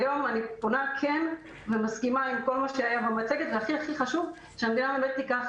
אני מסכימה עם כל מה שהיה במצגת והחשוב הוא שהמדינה תיקח